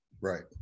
Right